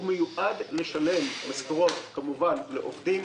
הוא מיועד לשלם משכורות לעובדים,